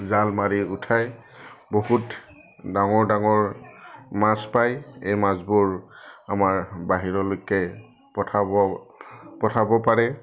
জাল মাৰি উঠায় বহুত ডাঙৰ ডাঙৰ মাছ পায় এই মাছবোৰ আমাৰ বাহিৰলৈকে পঠাব পঠাব পাৰে